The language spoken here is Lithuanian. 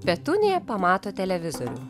petunija pamato televizorių